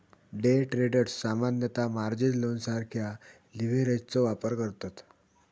day traders सामान्यतः margin लोनसारख्या लीव्हरेजचो वापर करतत